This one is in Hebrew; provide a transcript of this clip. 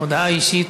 הודעה אישית